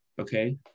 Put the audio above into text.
Okay